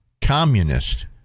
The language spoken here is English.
communist